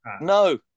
No